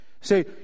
Say